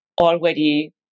already